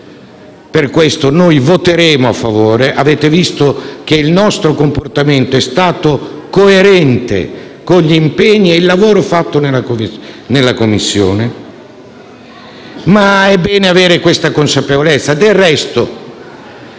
di questo provvedimento. Avete visto che il nostro comportamento è stato coerente con gli impegni e con il lavoro svolto in Commissione; ma è bene avere questa consapevolezza.